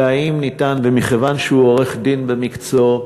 והאם ניתן, ומכיוון שהוא עורך-דין במקצועו,